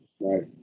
Right